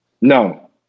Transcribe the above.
No